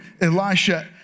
Elisha